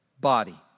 body